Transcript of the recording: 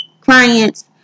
Clients